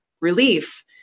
relief